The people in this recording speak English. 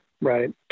right